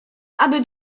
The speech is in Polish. aby